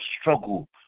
struggle